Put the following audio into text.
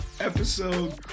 episode